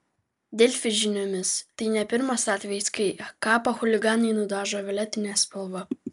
delfi žiniomis tai ne pirmas atvejis kai kapą chuliganai nudažo violetine spalva